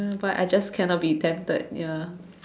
but I just cannot be tempted ya